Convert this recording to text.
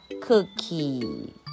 cookie